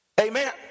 Amen